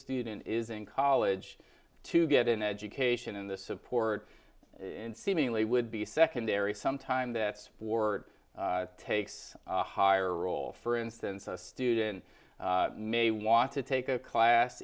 student is in college to get an education and the support in seemingly would be secondary sometime that for takes a higher role for instance a student may want to take a class